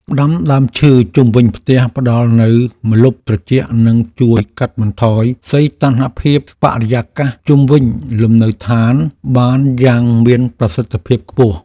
ដាំដើមឈើជុំវិញផ្ទះផ្តល់នូវម្លប់ត្រជាក់និងជួយកាត់បន្ថយសីតុណ្ហភាពបរិយាកាសជុំវិញលំនៅឋានបានយ៉ាងមានប្រសិទ្ធភាពខ្ពស់។